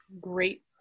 great